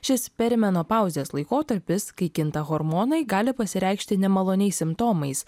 šis perimenopauzės laikotarpis kai kinta hormonai gali pasireikšti nemaloniais simptomais